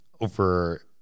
over